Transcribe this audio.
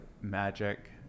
magic